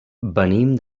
venim